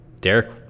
Derek